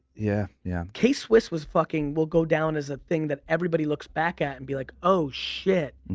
yeah, yeah. k-swiss was fucking, will go down as a thing that everybody looks back at and be like oh shit,